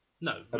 No